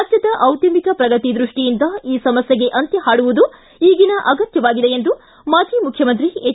ರಾಜ್ಯದ ಡಿದ್ಯಮಿಕ ಪ್ರಗತಿ ದೃಷ್ಟಿಯಿಂದ ಈ ಸಮಸ್ಕೆಗೆ ಅಂತ್ಯ ಹಾಡುವುದು ಈಗಿನ ಅಗತ್ತವಾಗಿದೆ ಎಂದು ಮಾಜಿ ಮುಖ್ಯಮಂತ್ರಿ ಎಚ್